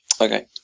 Okay